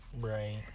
Right